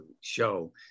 show